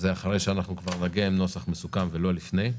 אחרי שנגיע עם נוסח מסוכם ולא לפני,